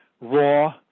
raw